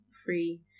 free